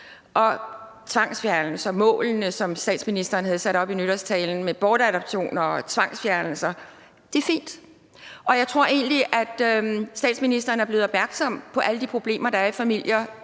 og tvangsfjernelser, som statsministeren havde sat op i nytårstalen. Det er fint, og jeg tror egentlig, at statsministeren er blevet opmærksom på alle de problemer, der er i familier,